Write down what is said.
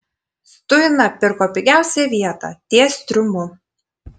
stuina pirko pigiausią vietą ties triumu